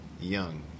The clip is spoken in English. Young